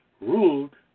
ruled